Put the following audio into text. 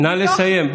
נא לסיים.